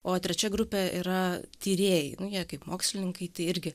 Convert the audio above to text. o trečia grupė yra tyrėjai nu jie kaip mokslininkai tai irgi